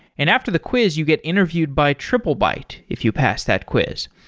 and after the quiz you get interviewed by triplebyte if you pass that quiz.